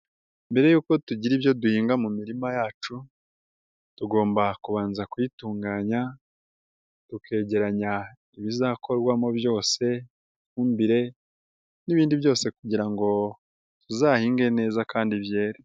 Mbere yuko tugira ibyo duhinga mu mirima yacu. Tugomba kubanza kuyitunganya tukegeranya ibizakorwamo byose, ifumbire n'ibindi byose kugira ngo tuzahinge neza kandi byere.